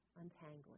untangling